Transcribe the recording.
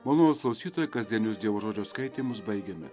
malonūs klausytojai kasdienius dievo žodžio skaitymus baigiame